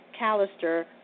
Callister